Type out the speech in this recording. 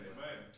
Amen